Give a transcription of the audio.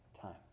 time